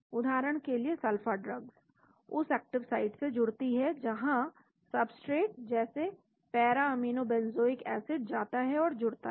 उदाहरण के लिए सल्फा ड्रग्स उस एक्टिव साइट से जुड़ती है जहां सब्सट्रेट जैसे पैरा अमीनो बेंज़ोइक एसिड जाता है और जुड़ता है